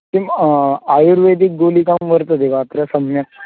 किं आयुर्वेदिक गुलिकां वर्तते वा अत्र सम्यक्